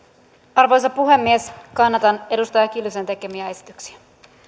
arvoisa puhemies kannatan edustaja kiljusen tekemiä esityksiä